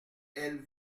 elle